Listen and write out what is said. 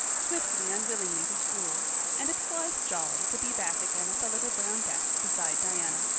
swiftly and willingly to school and it was jolly to be back again at the little brown desk beside diana,